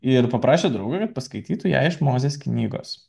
ir paprašė draugo kad paskaitytų ją iš mozės knygos